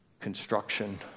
construction